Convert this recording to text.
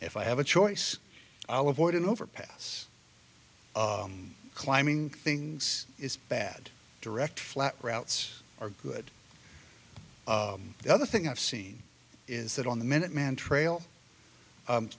if i have a choice i'll avoid an overpass climbing things is bad direct flat routes are good the other thing i've seen is that on the minuteman trail